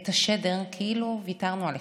את השדר כאילו ויתרנו עליכם,